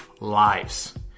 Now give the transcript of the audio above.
lives